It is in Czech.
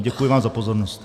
Děkuji vám za pozornost.